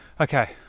Okay